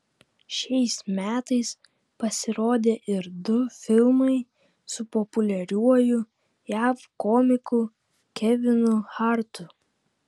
šiais metais pasirodė ir du filmai su populiariuoju jav komiku kevinu hartu